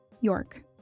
York